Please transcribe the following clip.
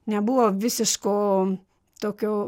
nebuvo visiško tokio